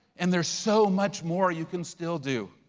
and there's so much more you can still do.